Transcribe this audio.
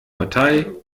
partei